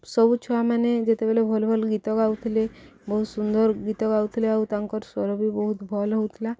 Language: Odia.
ସବୁ ଛୁଆମାନେ ଯେତେବେଲେ ଭଲ ଭଲ୍ ଗୀତ ଗାଉଥିଲେ ବହୁତ ସୁନ୍ଦର ଗୀତ ଗାଉଥିଲେ ଆଉ ତାଙ୍କର ସ୍ୱର ବି ବହୁତ ଭଲ୍ ହଉଥିଲା